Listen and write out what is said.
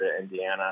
Indiana